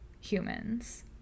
humans